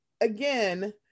again